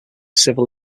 civil